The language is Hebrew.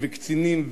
וקצינים,